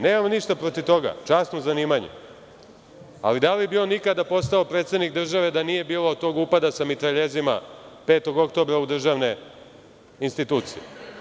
Nemam ništa protiv toga, časno zanimanje, ali da li bi on ikada postao predsednik države da nije bilo tog upada sa mitraljezima 5. oktobra u državne institucije?